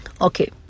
okay